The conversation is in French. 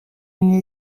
une